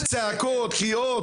צעקות, קריאות.